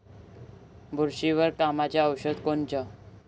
बुरशीवर कामाचं औषध कोनचं?